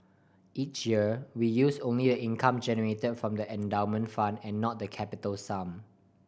each year we use only the income generated from the endowment fund and not the capital sum